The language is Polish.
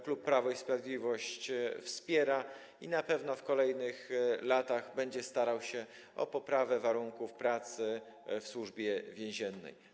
Klub Prawo i Sprawiedliwość ją wspiera i na pewno w kolejnych latach będzie starał się o poprawę warunków pracy w Służbie Więziennej.